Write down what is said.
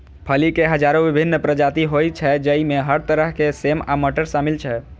फली के हजारो विभिन्न प्रजाति होइ छै, जइमे हर तरह के सेम आ मटर शामिल छै